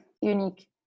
unique